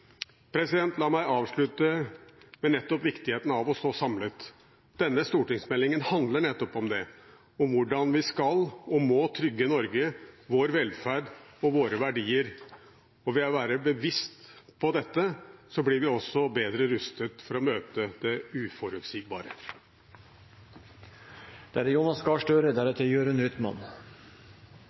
La meg avslutte med nettopp viktigheten av å stå samlet. Denne stortingsmeldingen handler nettopp om det, om hvordan vi skal og må trygge Norge, vår velferd og våre verdier. Ved å være bevisst på dette blir vi også bedre rustet til å møte det uforutsigbare. Det